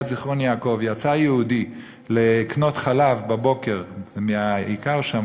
זיכרון-יעקב יצא יהודי לקנות חלב בבוקר מהאיכר שם,